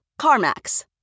CarMax